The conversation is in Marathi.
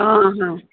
हां हां